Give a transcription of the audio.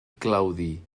claudi